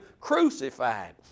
crucified